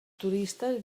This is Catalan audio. turistes